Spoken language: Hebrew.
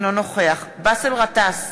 אינו נוכח באסל גטאס,